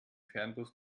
fernbus